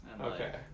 Okay